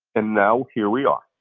and now, here we are.